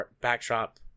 backdrop